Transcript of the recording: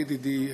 ידידי אלי.